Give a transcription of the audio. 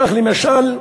כך, למשל,